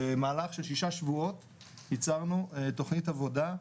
במהלך של שישה שבועות ייצרנו תוכנית עבודה.